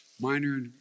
minor